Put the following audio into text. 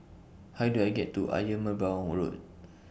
How Do I get to Ayer Merbau Road